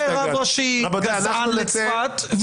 יהיה רב ראשי גזען לצפת,